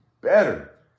better